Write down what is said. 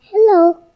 Hello